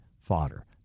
fodder